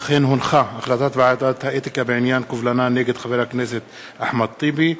החלטת ועדת האתיקה בעניין קובלנה נגד חבר הכנסת אחמד טיבי.